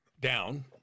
down